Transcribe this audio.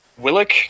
Willick